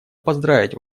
поздравить